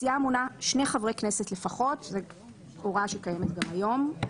73.(א)סיעה המונה שני חברי כנסת לפחות" זו הוראה שקיימת גם היום,